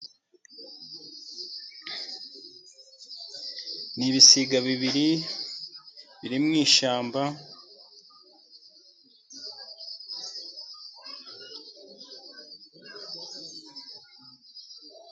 Ni ibisiga bibiri biri mu ishyamba...